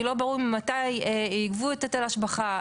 כי לא ברור מתי יגבו את היטל ההשבחה.